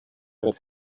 that